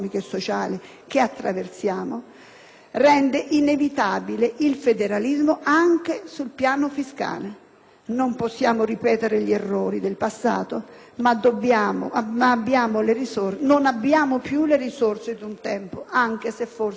rende inevitabile il federalismo anche sul piano fiscale; non possiamo ripetere gli errori del passato, non abbiamo più le risorse di un tempo, anche se forse quel Titolo V della Costituzione,